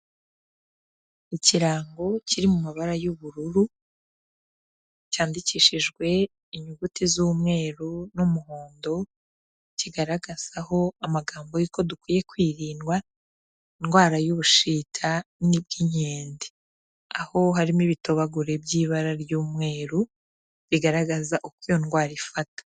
Ikirango kiri mu mabara y'ubururu, cyandikishijwe inyuguti z'umweru n'umuhondo, kigaragazaho amagambo y'uko dukwiye kwirinda indwara y'ubushita nyine bw'inkende, aho harimo ibitobagure by'ibara ry'umweru, bigaragaza uko iyo ndwara ifata.